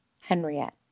Henriette